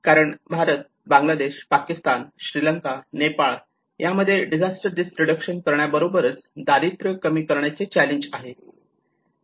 कारण भारत बांगलादेश पाकिस्तान श्रीलंका नेपाळ मध्ये disaster risk reduction करण्याबरोबरच दारिद्र्य कमी करण्याचे चॅलेंज आहे